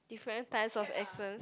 different types of accent